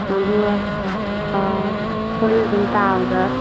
ꯑꯗꯨꯒ ꯑꯩꯈꯣꯏꯅ ꯁꯨꯝ ꯇꯥꯕꯗ